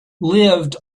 lived